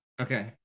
okay